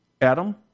Adam